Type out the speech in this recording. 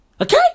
Okay